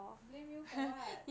blame you for what